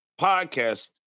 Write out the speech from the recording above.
podcast